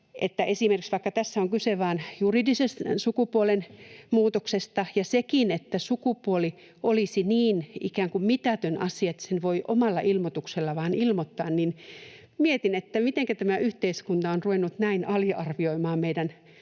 esimerkiksi tässä on kyse vain juridisen sukupuolen muutoksesta — ja sekin, että sukupuoli olisi ikään kuin niin mitätön asia, että sen voi omalla ilmoituksella vain ilmoittaa — niin mitenkä tämä yhteiskunta on ruvennut näin aliarvioimaan meidän